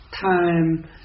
time